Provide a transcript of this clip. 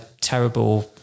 terrible